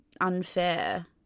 unfair